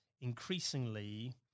increasingly